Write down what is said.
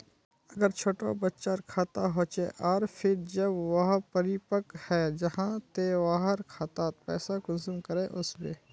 अगर छोटो बच्चार खाता होचे आर फिर जब वहाँ परिपक है जहा ते वहार खातात पैसा कुंसम करे वस्बे?